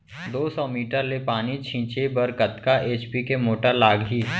दो सौ मीटर ले पानी छिंचे बर कतका एच.पी के मोटर लागही?